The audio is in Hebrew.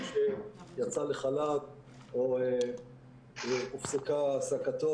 מי שיצא לחל"ת או הופסקה העסקתו,